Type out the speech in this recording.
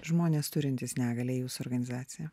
žmonės turintys negalią jūsų organizacija